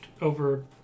over